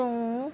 ਤੋਂ